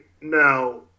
Now